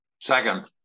Second